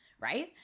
right